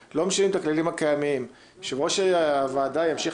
יושב-ראש הוועדה ימשיך